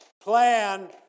plan